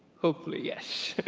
hopefully yes.